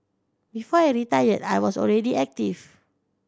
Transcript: before I retired I was already active